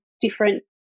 different